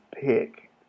pick